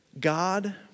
God